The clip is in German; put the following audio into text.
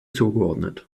zugeordnet